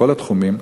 בכל התחומים,